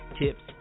tips